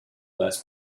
less